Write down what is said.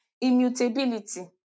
immutability